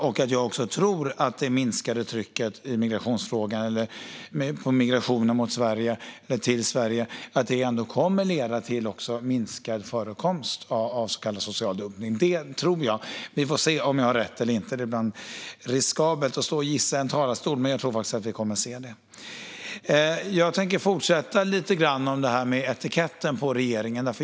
Jag tror också att det minskade trycket när det gäller migrationen till Sverige kommer att leda till minskad förekomst av så kallad social dumpning. Vi får se om jag har rätt eller inte - det är ibland riskabelt att stå i en talarstol och gissa, men jag tror faktiskt att vi kommer att få se detta. Jag tänker fortsätta lite med det som gäller etiketten på regeringen.